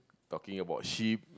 talking about sheep